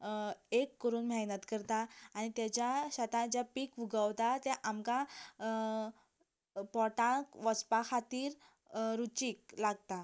एक करून मेहनत करता आनी ताज्या शेतांत जें पीक उगवता तें आमकां पोटाक वचपा खातीर रुचीक लागता